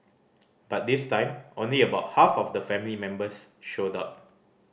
but this time only about half of the family members showed up